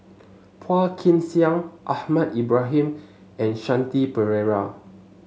Phua Kin Siang Ahmad Ibrahim and Shanti Pereira